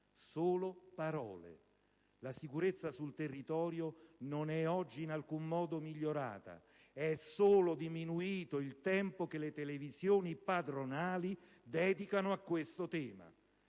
solo parole. La sicurezza sul territorio non è oggi in alcun modo migliorata. È solo diminuito il tempo che le televisioni padronali dedicano a questo tema.